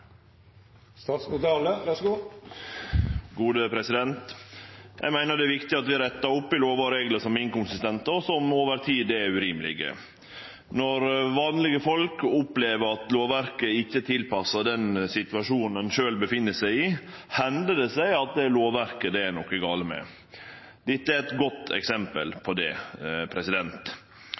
viktig at vi rettar opp i lover og reglar som er inkonsistente, og som over tid er urimelege. Når vanlege folk opplever at lovverket ikkje er tilpassa den situasjonen dei sjølve er i, hender det seg at det er lovverket det er noko gale med. Dette er eit godt eksempel på det,